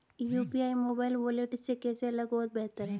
UPI mobile wallet से कैसे अलग और बेहतर है?